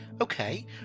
okay